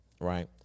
Right